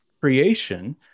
creation